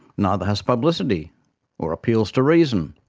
neither has publicity or appeals to reason,